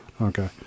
Okay